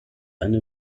eine